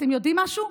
ואתם יודעים משהו?